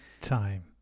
time